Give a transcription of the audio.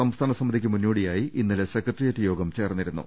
സംസ്ഥാന സമിതിക്ക് മുന്നോടി യായി ഇന്നലെ സെക്രട്ടറിയേറ്റ് യോഗം ചേർന്നിരുന്നു